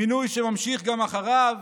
מינוי שנמשך גם אחריו